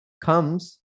comes